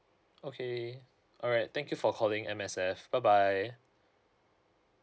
okay all right thank you for calling M_S_F bye bye